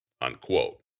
unquote